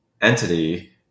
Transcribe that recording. entity